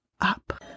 up